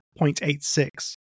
0.86